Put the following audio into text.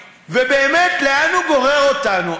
ובאמת, לאן הוא גורר אותנו?